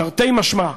תרתי משמע: